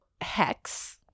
Hex